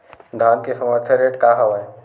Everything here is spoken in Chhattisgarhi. धान के समर्थन रेट का हवाय?